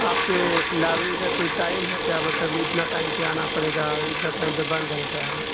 آپ کے لائبریری کا کوئی ٹائم ہے کیا مطلب اتنا ٹائم پہ آنا پڑے گا اتنا ٹائم پہ بند رہتا ہے